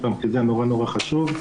כי זה חשוב מאוד.